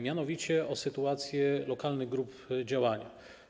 Mianowicie o sytuację lokalnych grup działania.